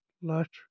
لَچھ